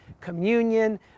Communion